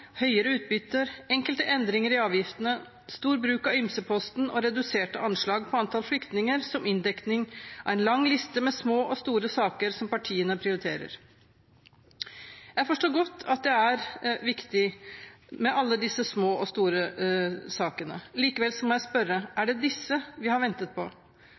høyere utbytter, enkelte endringer i avgiftene, stor bruk av ymseposten og reduserte anslag på antall flyktninger som inndekning av en lang liste med små og store saker som partiene prioriterer. Jeg forstår godt at det er viktig med alle disse små og store sakene. Likevel må jeg spørre: Er det disse vi har ventet på?